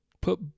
put